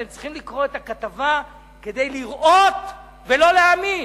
אתם צריכים לקרוא את הכתבה כדי לראות ולא להאמין,